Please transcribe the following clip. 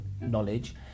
knowledge